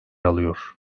alıyor